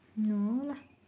no lah